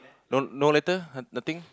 no no letter nothing